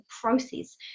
process